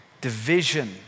division